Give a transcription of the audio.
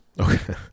Okay